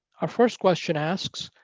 ah first question asks